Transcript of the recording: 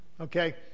Okay